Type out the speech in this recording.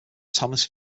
thomas